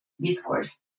discourse